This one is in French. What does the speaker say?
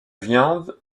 viande